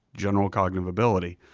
general cognitive ability.